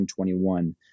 2021